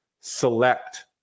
select